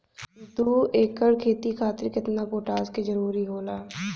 दु एकड़ खेती खातिर केतना पोटाश के जरूरी होला?